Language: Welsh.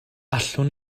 allwn